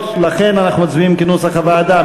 הוועדה,